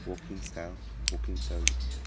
working style working style